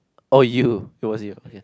or you it was you okay